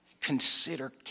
Consider